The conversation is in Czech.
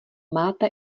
máte